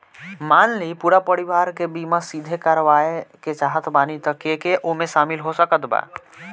मान ली पूरा परिवार के बीमाँ साथे करवाए के चाहत बानी त के के ओमे शामिल हो सकत बा?